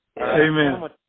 Amen